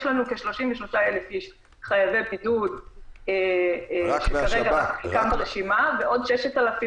יש לנו כ-33,000 איש חייבי בידוד שכרגע ברשימה -- רק מהשב"כ.